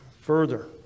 further